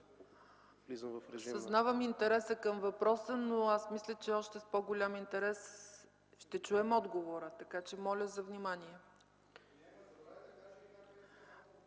Съзнавам интереса към въпроса, но мисля с още по-голям интерес да чуем отговора. Моля Ви за внимание.